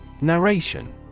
Narration